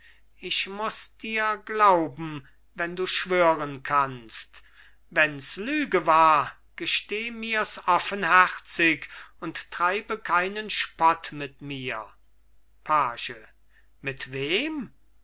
ich muß dir glauben wenn du schwören kannst wenns lüge war gesteh mirs offenherzig und treibe keinen spott mit mir page mit wem